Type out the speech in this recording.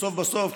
בסוף בסוף,